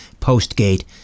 Postgate